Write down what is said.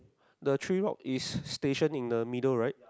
the three rock is station in the middle right